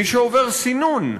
מי שעובר סינון,